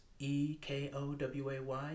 E-K-O-W-A-Y